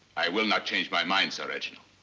i will not change my mind, sir reginald.